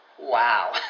Wow